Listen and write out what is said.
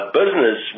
business